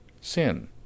sin